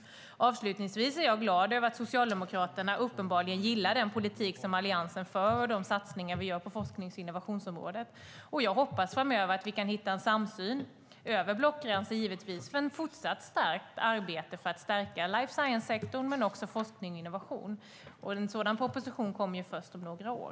Jag är glad över att Socialdemokraterna uppenbarligen gillar den politik som Alliansen för och de satsningar vi gör på forsknings och innovationsområdet. Jag hoppas att vi framöver kan hitta en samsyn, givetvis över blockgränserna, för att fortsätta arbetet för att stärka life science-sektorn och forskning och innovation. En sådan proposition kommer först om några år.